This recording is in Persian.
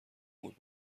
بود